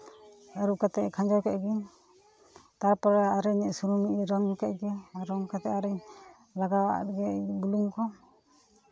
ᱟᱹᱨᱩᱯ ᱠᱟᱛᱮ ᱠᱷᱟᱸᱡᱚ ᱠᱮᱫ ᱜᱤᱧ ᱛᱟᱨᱯᱚᱨᱮ ᱟᱨᱚ ᱥᱩᱱᱩᱢᱤᱧ ᱨᱚᱝ ᱠᱮᱫ ᱜᱮ ᱨᱚᱝ ᱠᱟᱛᱮ ᱟᱨᱩᱧ ᱞᱟᱜᱟᱣᱟᱫ ᱜᱮ ᱵᱩᱞᱩᱝ ᱠᱚ